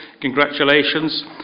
congratulations